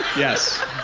yes.